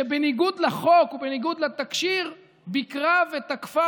שבניגוד לחוק ובניגוד לתקשי"ר ביקרה ותקפה